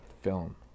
film